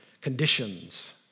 conditions